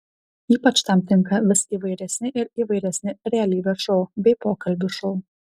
ypač tam tinka vis įvairesni ir įvairesni realybės šou bei pokalbių šou